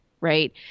right